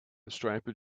striped